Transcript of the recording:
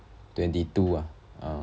twenty two ah